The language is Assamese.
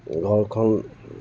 ঘৰখন